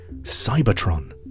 Cybertron